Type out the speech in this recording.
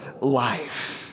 life